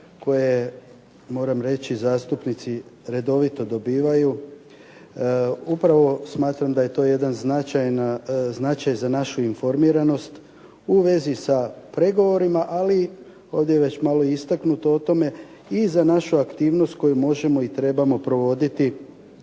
koje moram reći zastupnici redovito dobivaju upravo smatram da je to jedan značaj za našu informiranost u vezi sa pregovorima, ali ovdje je već malo i istaknuto o tome i za našu aktivnost koju možemo i trebamo provoditi